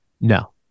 no